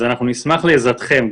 אז אנחנו נשמח לעזרתכם,